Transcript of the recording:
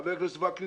חבר הכנסת וקנין,